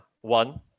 one